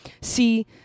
see